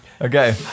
Okay